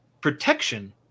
protection